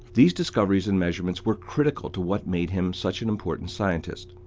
these discoveries and measurements were critical to what made him such an important scientist.